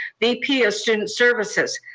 vp of student services.